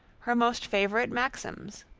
her most favourite maxims.